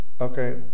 Okay